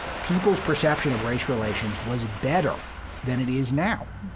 people's perception of race relations was better than it is now.